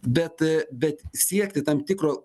bet bet siekti tam tikro